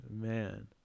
man